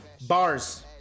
bars